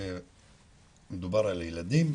מדובר על ילדים,